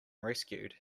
rescued